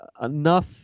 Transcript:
enough